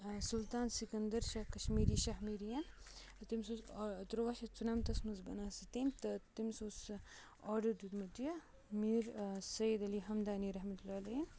آ سُلطان سِکَنٛدر شاہ کشمیری شاہمیٖریَن تٔمِس اوسُکھ تُرٛواہ شَتھ ژُنَمتَس منٛز بنٲو سُہ تَمہِ تہٕ تٔمِس اوس سُہ آرڈَر دیُتمُت یہِ میٖر سعید علی ہمدانی رحمتہ اللہ علیہ یَن